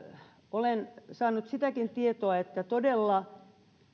olen saanut sitäkin tietoa että todella